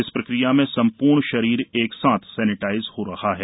इस प्रक्रिया में सम्पूर्ण शरीर एक साथ सेनेटाइज हो रहा है